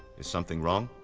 is something wrong?